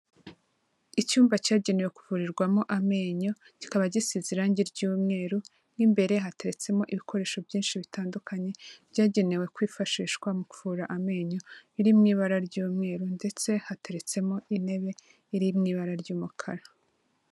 Icyumba cyagenewe kuvurirwamo amenyo, kikaba gisize irangi ry'umweru, mo imbere hateretsemo ibikoresho byinshi bitandukanye, byagenewe kwifashishwa mu kuvura amenyo, biri mu ibara ry'umweru ndetse hateretsemo intebe iri mu ibara ry'umukara.